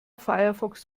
firefox